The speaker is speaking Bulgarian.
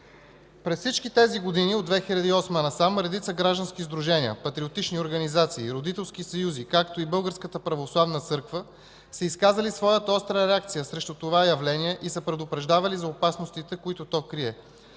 През всичките тези години – от 2008 г. насам, редица граждански сдружения, патриотични организации, родителски съюзи, както и Българската православна църква са изказвали своята остра реакция срещу това явление и са предупреждавали за опасностите, които то крие.